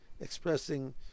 expressing